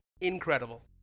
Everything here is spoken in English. incredible